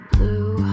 Blue